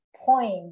point